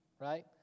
right